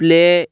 play